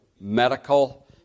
medical